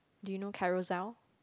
do you know Carousel